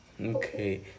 okay